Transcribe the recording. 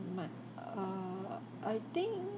my err I think